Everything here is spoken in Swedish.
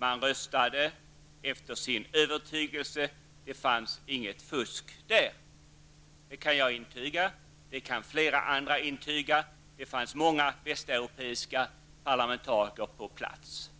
Man röstade efter sin övertygelse, och det förekom inget fusk, vilket jag och flera andra kan intyga. Det fanns många västeuropeiska parlamentariker på plats.